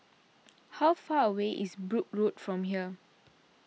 how far away is Brooke Road from here